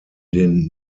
den